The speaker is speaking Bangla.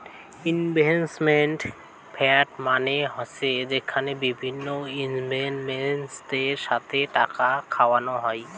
ইনভেস্টমেন্ট ফান্ড মানে হসে যেখানে বিভিন্ন ইনভেস্টরদের সাথে টাকা খাটানো হই